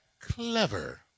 clever